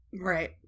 Right